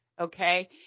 okay